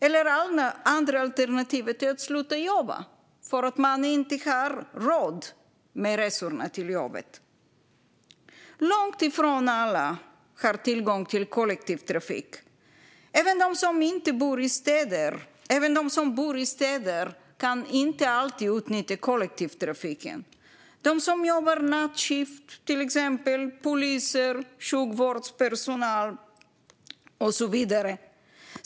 Det andra alternativet är att sluta jobba eftersom man inte har råd med resorna till och från jobbet. Långt ifrån alla har tillgång till kollektivtrafik. De som bor i städer kan inte heller alltid utnyttja kollektivtrafiken. Det handlar om de som jobbar nattskift, till exempel poliser, sjukvårdspersonal och så vidare.